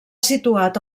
situat